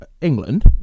England